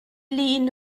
lŷn